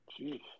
Jeez